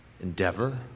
endeavor